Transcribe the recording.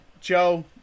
joe